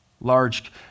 Large